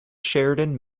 sheridan